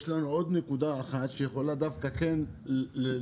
יש לנו עוד נקודה אחת שיכולה דווקא כן להביא